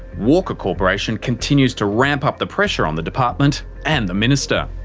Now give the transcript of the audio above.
walker corporation continues to ramp up the pressure on the department and the minister.